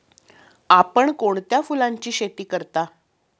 आपण कोणत्या फुलांची शेती करता?